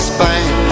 Spain